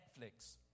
Netflix